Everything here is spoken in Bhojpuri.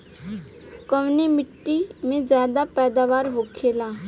कवने मिट्टी में ज्यादा पैदावार होखेला?